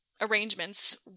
arrangements